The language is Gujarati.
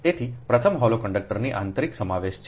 તેથી પ્રથમ હોલો કંડક્ટરનો આંતરિક સમાવેશ છે